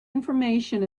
information